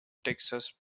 texas